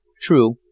True